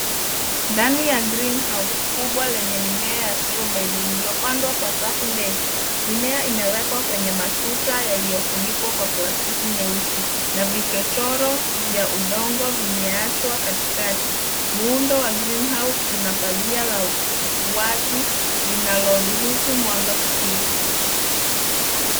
Ndani ya Greenhouse kubwa lenye mimea ya strawberry iliyopandwa kwa safu ndefu. Mimea imewekwa kwenye matuta yaliyofunikwa kwa plastiki nyeusi na vichochoro vya udongo vimeachwa katikati. Muundo wa Greenhouse una pazia la wazi linalo ruhusu mwanga kupita.